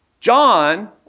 John